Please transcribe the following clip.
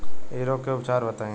इ रोग के उपचार बताई?